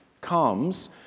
comes